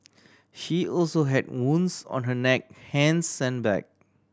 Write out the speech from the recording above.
she also had wounds on her neck hands and back